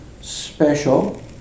special